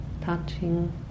touching